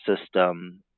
system